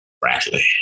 Bradley